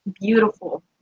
beautiful